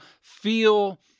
feel